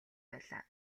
байлаа